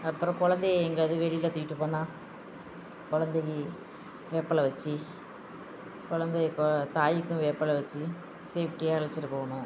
அப்புறோம் குழந்தைய எங்காவது வெளியில தூக்கிட்டு போனா குழந்தைக்கி வேப்பலை வச்சு குழந்தைய கோ தாயிக்கும் வேப்பலை வச்சு சேஃப்டியாக அழைச்சிட்டு போகணும்